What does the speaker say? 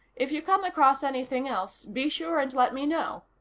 if you come across anything else, be sure and let me know.